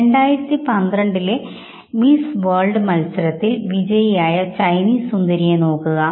2012 ലെ Miss World മത്സരത്തിൽ വിജയിയായ ചൈനീസ് സുന്ദരിയെ നോക്കുക